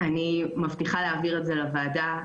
אני מבטיחה להעביר את זה לוועדה,